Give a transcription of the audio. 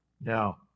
Now